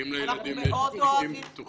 האם לילדים יש תיקים פתוחים במשטרה?